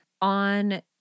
On